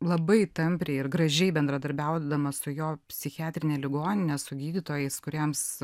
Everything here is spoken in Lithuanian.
labai tampriai ir gražiai bendradarbiaudama su jo psichiatrine ligonine su gydytojais kuriems